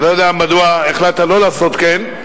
אני לא יודע מדוע החלטת לא לעשות כן.